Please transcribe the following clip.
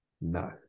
no